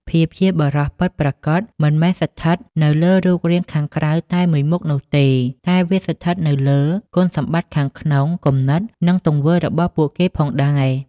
ភាពជាបុរសពិតប្រាកដមិនមែនស្ថិតនៅលើរូបរាងខាងក្រៅតែមួយមុខនោះទេ តែវាស្ថិតនៅលើគុណសម្បត្តិខាងក្នុង គំនិត និងទង្វើរបស់ពួកគេផងដែរ។